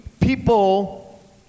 people